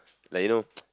like you know